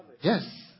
yes